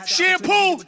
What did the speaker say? Shampoo